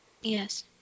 Yes